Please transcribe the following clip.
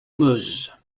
meuse